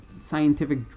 scientific